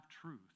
truth